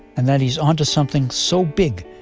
and that he's onto something so big,